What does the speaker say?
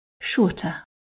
shorter